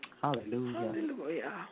Hallelujah